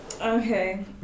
Okay